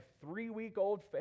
three-week-old